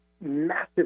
massive